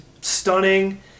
stunning